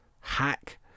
hack